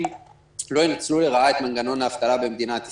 לא ינצלו לרעה את מנגנון האבטלה במדינת ישראל.